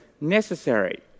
necessary